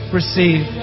receive